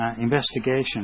investigation